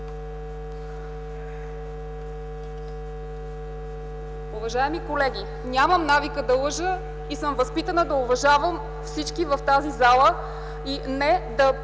Уважаеми колеги, нямам навика да лъжа и съм възпитана да уважавам всички в тази зала, а не